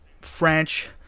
French